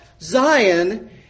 Zion